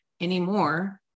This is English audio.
anymore